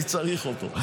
אני צריך אותו.